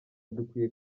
dukwiye